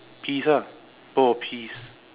peas ah both are peas